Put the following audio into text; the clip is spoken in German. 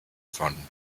von